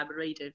collaborative